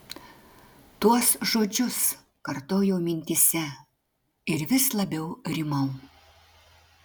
tuos žodžius kartojau mintyse ir vis labiau rimau